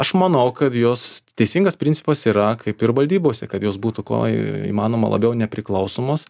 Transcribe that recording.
aš manau kad jos teisingas principas yra kaip ir valdybose kad jos būtų kuo įmanoma labiau nepriklausomos